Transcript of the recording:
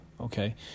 okay